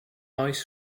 oes